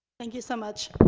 thank you so much.